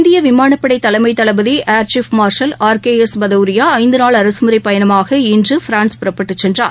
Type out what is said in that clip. இந்திய விமானப்படை தலைமை தளபதி air chief marshal R K S Bhadauria ஐந்து நாள் அரசுமுறைப் பயணமாக இன்று பிரான்ஸ் புறப்பட்டுச் சென்றார்